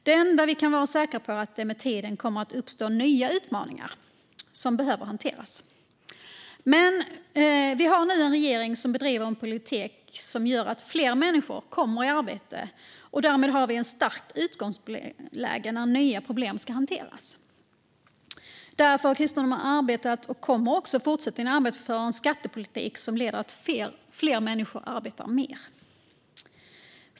Det enda vi kan vara säkra på är att det med tiden kommer att uppstå nya utmaningar som behöver hanteras. Men vi har nu en regering som bedriver en politik som gör att fler människor kommer i arbete, och därmed har vi ett starkt utgångsläge när nya problem ska hanteras. Kristdemokraterna har därför arbetat och kommer också fortsättningsvis att arbeta för en skattepolitik som leder till att fler människor arbetar mer.